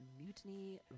Mutiny